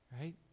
Right